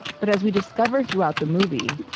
but as we discover throughout the movie,